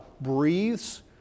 breathes